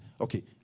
Okay